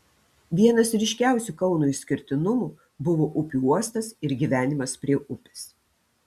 vienas ryškiausių kauno išskirtinumų buvo upių uostas ir gyvenimas prie upės